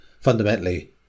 fundamentally